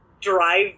drive